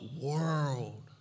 world